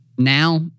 now